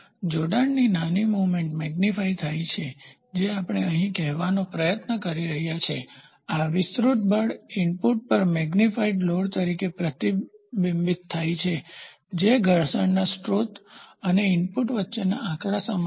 જોડાણની નાની movement magnify વિસ્તૃત થાય છે જે આપણે અહીં કહેવાનો પ્રયાસ કરી રહ્યા છીએ આ વિસ્તૃત બળ ઇનપુટ પર મેગ્નીફાઇડ લોડ તરીકે પ્રતિબિંબિત થાય છે જે ઘર્ષણના સ્ત્રોત અને ઇનપુટ વચ્ચેના આંકડા સમાન છે